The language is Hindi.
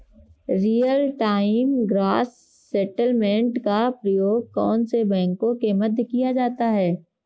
रियल टाइम ग्रॉस सेटलमेंट का प्रयोग कौन से बैंकों के मध्य किया जाता है?